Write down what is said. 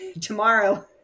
Tomorrow